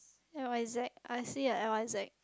X Y Z I see a X Y Z